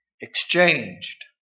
exchanged